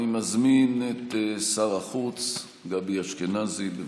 אני מזמין את שר החוץ גבי אשכנזי, בבקשה.